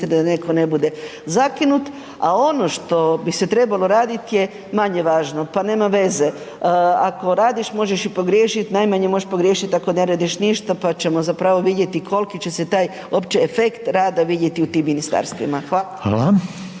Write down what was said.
da netko ne bude zakinut, a ono što bi se trebalo raditi je manje važno, pa nema veze. Ako radiš, možeš i pogriješiti, najmanje možeš pogriješiti ako ne radiš ništa pa ćemo zapravo vidjeti koliko će se taj uopće efekt rada vidjeti u tim ministarstvima. Hvala. **Reiner,